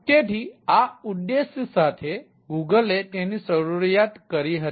તેથી આ ઉદ્દેશ સાથે ગૂગલે તેની શરૂઆત કરી હતી